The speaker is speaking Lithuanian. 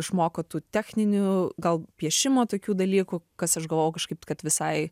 išmoko tų techninių gal piešimo tokių dalykų kas aš galvojau kažkaip kad visai